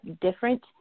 different